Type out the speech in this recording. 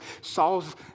Saul's